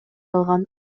алган